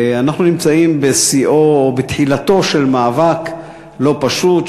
אנחנו נמצאים בתחילתו של מאבק לא פשוט,